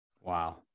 Wow